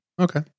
Okay